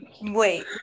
Wait